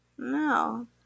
No